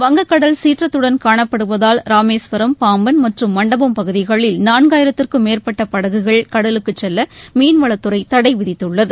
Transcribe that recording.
வங்கக் கடல் சீற்றத்துடன் காணப்படுவதால் ராமேஸ்வரம் பாம்பன் மற்றும் மண்டபம் பகுதிகளில் நான்காயிரத்திற்கும் மேற்பட்ட படகுகள் கடலுக்கு செல்ல மீன்வளத்துறை தடைவிதித்துள்ளது